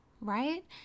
right